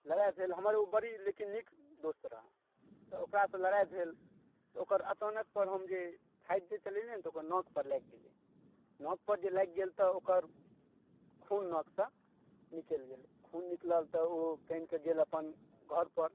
लड़ाइ भेल हमर ओ बड़ी लेकिन नीक दोस्त रहए तऽ ओकरासँ लड़ाइ भेल तऽ ओकर अचानक पर हम जे फाइट जे चलेलिए ने तऽ ओकर नाकपर लागि गेलै नाकपर जे लागि गेल तऽ ओकर खून नाकसँ निकलि गेलै खून निकलल तऽ ओ कानिकऽ गेल अपन घरपर